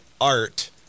art